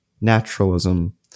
naturalism